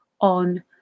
on